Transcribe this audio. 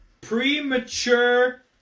premature